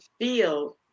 feel